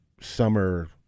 summer